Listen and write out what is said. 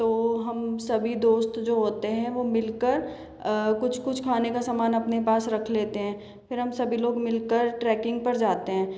तो हम सभी दोस्त जो होते हैं वो मिलकर कुछ कुछ खाने का समान अपने पास रख लेते हैं फिर हम सभी लोग मिलकर ट्रैकिंग पर जाते हैं